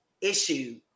issue